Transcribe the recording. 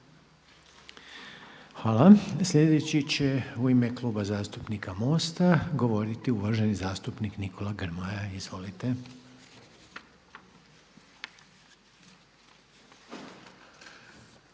Hvala. Sljedeći će u ime Kluba zastupnika MOST-a govoriti uvaženi zastupnik Nikola Grmoja. Izvolite.